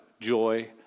joy